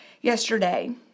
yesterday